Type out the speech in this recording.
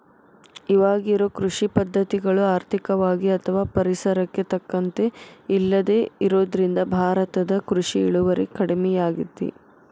ಇವಾಗಿರೋ ಕೃಷಿ ಪದ್ಧತಿಗಳು ಆರ್ಥಿಕವಾಗಿ ಅಥವಾ ಪರಿಸರಕ್ಕೆ ತಕ್ಕಂತ ಇಲ್ಲದೆ ಇರೋದ್ರಿಂದ ಭಾರತದ ಕೃಷಿ ಇಳುವರಿ ಕಡಮಿಯಾಗೇತಿ